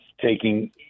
taking